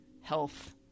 health